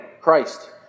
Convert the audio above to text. Christ